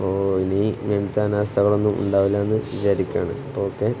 അപ്പോൾ ഇനി ഇങ്ങനെത്തെ അനാസ്ഥകളൊന്നും ഉണ്ടാവില്ല എന്ന് വിചാരിക്കുകയാണ് അപ്പോൾ ഓക്കെ